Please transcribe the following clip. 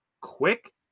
quick